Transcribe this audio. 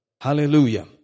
Hallelujah